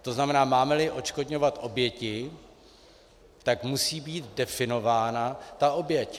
To znamená, mámeli odškodňovat oběti, tak musí být definována ta oběť.